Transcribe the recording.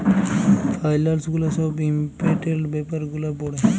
ফাইলালস গুলা ছব ইম্পর্টেলট ব্যাপার গুলা পড়ে